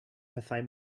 pethau